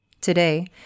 Today